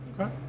Okay